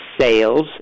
sales